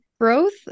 growth